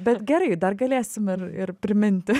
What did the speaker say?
bet gerai dar galėsim ir ir priminti